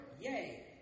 Yay